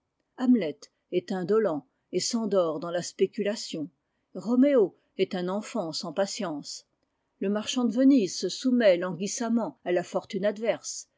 n s t b'uè r e mgt t js'ttyemë de ttt note du traducteur le marchand de venise se soumet languissamment à la fortune adverse